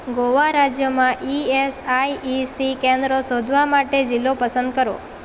ગોવા રાજ્યમાં ઈએસઆઈસી કેન્દ્રો શોધવા માટે જિલ્લો પસંદ કરો